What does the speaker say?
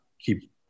keep